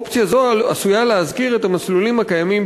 אופציה זו עשויה להזכיר את המסלולים הקיימים